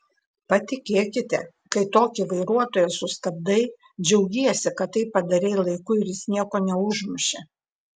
patikėkite kai tokį vairuotoją sustabdai džiaugiesi kad tai padarei laiku ir jis nieko neužmušė